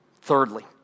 Thirdly